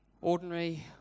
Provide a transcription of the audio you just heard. Ordinary